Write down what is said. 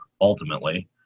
ultimately